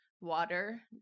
water